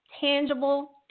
tangible